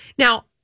Now